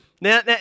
Now